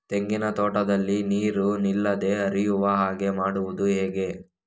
ತೆಂಗಿನ ತೋಟದಲ್ಲಿ ನೀರು ನಿಲ್ಲದೆ ಹರಿಯುವ ಹಾಗೆ ಮಾಡುವುದು ಹೇಗೆ?